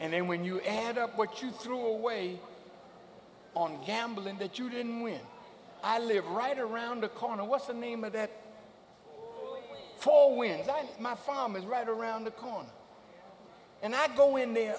and then when you add up what you threw away on gambling that you didn't win i live right around the corner what's the name of that fall wind on my farm is right around the corner and i go in there